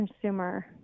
consumer